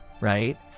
right